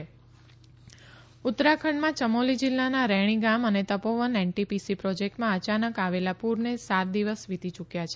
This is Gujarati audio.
ઉત્તરાખંડ બચાવ કાર્ય ઉત્તરાખંડમાં યમૌલી જીલ્લાના રૈણી ગામ અને તપીવન એનટીપીસી પ્રોજેકટમાં અયાનક આવેલા પુરને સાત દિવસ વીતી યુકયા છે